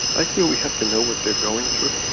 i feel we have to know what they're going through